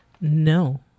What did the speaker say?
no